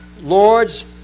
Lord's